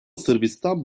sırbistan